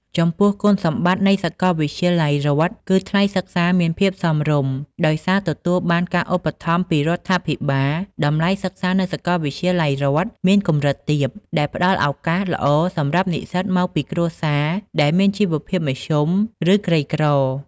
ចំពោះគុណសម្បតិ្តនៃសាកលវិទ្យាល័យរដ្ឋគឺ ថ្លៃសិក្សាមានភាពសមរម្យ ដោយសារទទួលបានការឧបត្ថម្ភពីរដ្ឋាភិបាល តម្លៃសិក្សានៅសាកលវិទ្យាល័យរដ្ឋមានកម្រិតទាប ដែលផ្ដល់ឱកាសល្អសម្រាប់និស្សិតមកពីគ្រួសារដែលមានជីវភាពមធ្យម ឬក្រីក្រ។